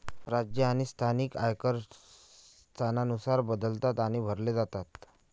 राज्य आणि स्थानिक आयकर स्थानानुसार बदलतात आणि भरले जातात